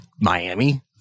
Miami